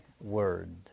word